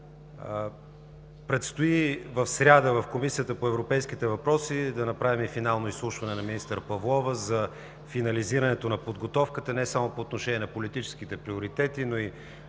Предстои в сряда в Комисията по европейските въпроси да направим финално изслушване на министър Павлова за финализирането на подготовката не само по отношение на политическите приоритети, но и